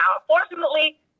unfortunately